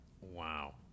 wow